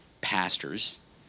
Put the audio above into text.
pastors